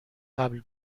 قبل